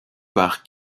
par